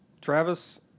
Travis